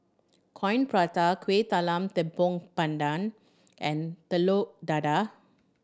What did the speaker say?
Coin Prata Kueh Talam Tepong Pandan and Telur Dadah